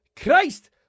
Christ